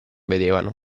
vedevano